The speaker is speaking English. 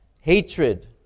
hatred